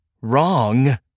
wrong